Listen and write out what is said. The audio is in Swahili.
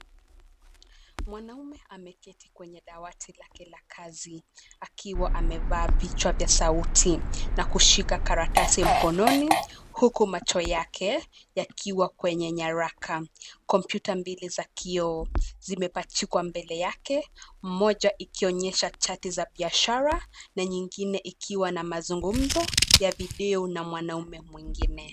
Mwanaume ameketi kwenye dawati lake la kazi akiwa amevaa vichwa vya sauti na kushika karatasi mkononi, huku macho yake yakiwa kwenye nyaraka. Kompyuta mbili za kioo, zimepachikwa mbele yake, moja ikionyesha chati za biashara na nyingine ikiwa na mazungumzo ya video na mwanaume mwingine.